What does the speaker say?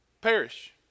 perish